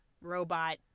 robot